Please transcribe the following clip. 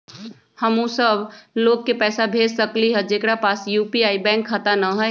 हम उ सब लोग के पैसा भेज सकली ह जेकरा पास यू.पी.आई बैंक खाता न हई?